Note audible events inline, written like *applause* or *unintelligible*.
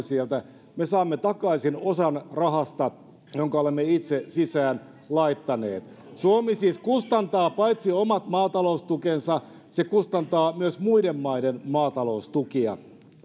*unintelligible* sieltä me saamme takaisin osan rahasta jonka olemme itse sisään laittaneet suomi siis kustantaa paitsi omat maataloustukensa myös muiden maiden maataloustukia